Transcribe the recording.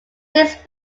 since